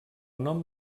nom